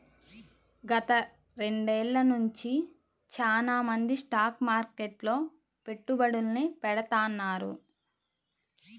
గత రెండేళ్ళ నుంచి చానా మంది స్టాక్ మార్కెట్లో పెట్టుబడుల్ని పెడతాన్నారు